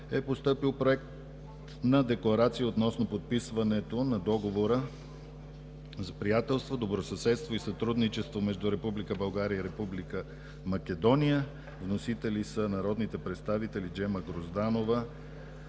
е постъпил Проект на декларация относно подписването на Договора за приятелство, добросъседство и сътрудничество между Република България и Република Македония. Вносители са народните представители Джема Грозданова,